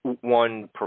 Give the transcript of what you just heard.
one